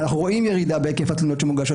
אנחנו רואים ירידה בהיקף התלונות שמוגשות